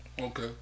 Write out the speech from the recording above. okay